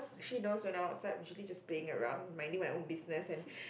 she knows when I'm outside I'm usually just playing around minding my own business and